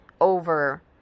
over